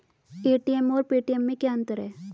ATM और Paytm में क्या अंतर है?